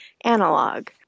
analog